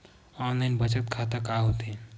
Online बचत खाता का होथे?